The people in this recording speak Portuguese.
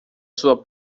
sua